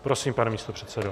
Prosím, pane místopředsedo.